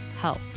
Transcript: help